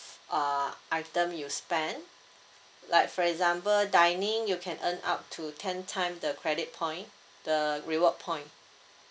uh item you spend like for example dining you can earn up to ten time the credit point the reward point